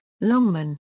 Longman